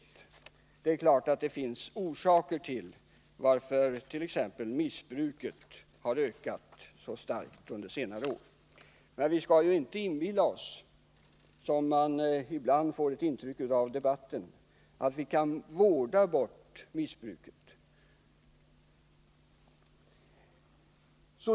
Det är klart att det finns orsaker till att t.ex. missbruket har ökat så starkt under senare år. Men vi skall inte inbilla oss, vilket man ibland får ett intryck av att vi gör genom debatten, att vi kan vårda bort missbruket.